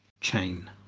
chain